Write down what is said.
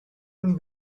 him